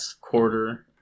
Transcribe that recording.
quarter